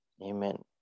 Amen